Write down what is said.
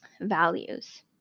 values